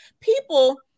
people